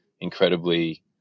incredibly